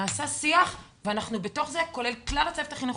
נעשה שיח ואנחנו בתוך זה כולל כלל הצוות החינוכי,